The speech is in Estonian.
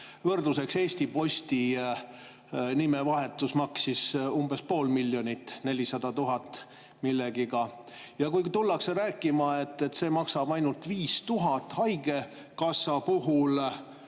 Võrdluseks: Eesti Posti nimevahetus maksis umbes pool miljonit, 400 000 millegagi. Ja kui tullakse rääkima, et see maksab ainult 5000 eurot haigekassa puhul,